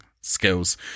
skills